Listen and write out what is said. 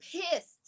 pissed